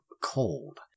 Cold